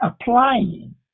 applying